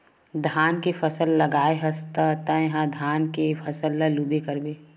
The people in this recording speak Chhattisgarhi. धान के फसल लगाए हस त तय ह धान के फसल ल लूबे करबे